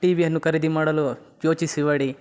T ವಿಯನ್ನು ಖರೀದಿ ಮಾಡಲು ಯೋಚಿಸಿ ಮಾಡಿ